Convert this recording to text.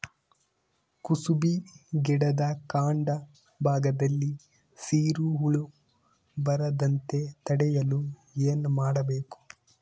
ಕುಸುಬಿ ಗಿಡದ ಕಾಂಡ ಭಾಗದಲ್ಲಿ ಸೀರು ಹುಳು ಬರದಂತೆ ತಡೆಯಲು ಏನ್ ಮಾಡಬೇಕು?